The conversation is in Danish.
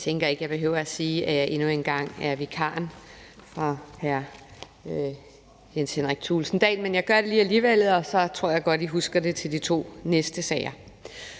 Jeg tænker ikke, at jeg behøver at sige endnu en gang, at jeg er vikar for hr. Jens Henrik Thulesen Dahl, men det gør jeg lige alligevel, og så tror jeg godt, at I kan huske det til de to næste sager.